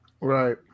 Right